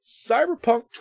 cyberpunk